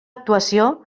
actuació